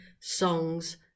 songs